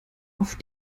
auf